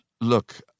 Look